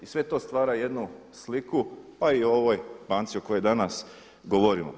I sve to stvara jednu sliku pa i ovoj banci o kojoj danas govorimo.